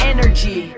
Energy